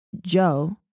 Joe